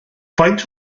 faint